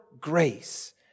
grace